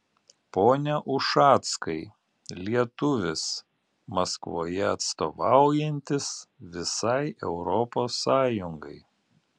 pone ušackai lietuvis maskvoje atstovaujantis visai europos sąjungai